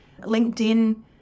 LinkedIn